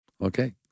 okay